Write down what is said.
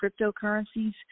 cryptocurrencies